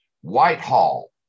Whitehall